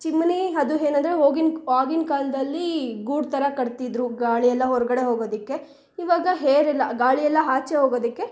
chimney ಅದು ಏನಂದ್ರೆ ಹೋಗಿನ್ ಆಗಿನ ಕಾಲದಲ್ಲಿ ಗೂಡು ಥರ ಕಟ್ತಿದ್ದರು ಗಾಳಿಯೆಲ್ಲ ಹೊರಗಡೆ ಹೋಗೋದಕ್ಕೆ ಇವಾಗ ಹೇರೆಲ್ಲ ಗಾಳಿಯೆಲ್ಲ ಆಚೆ ಹೋಗೋದಕ್ಕೆ